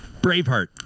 Braveheart